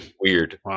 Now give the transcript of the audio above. weird